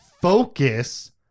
focus